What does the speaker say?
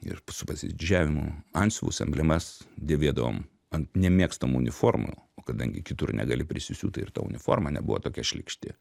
ir su pasididžiavimu antsiuvus emblemas dėvėdavom ant nemėgstamų uniformų o kadangi kitur negali prisisiūt tai ir ta uniforma nebuvo tokia šlykšti